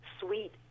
sweet